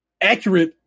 accurate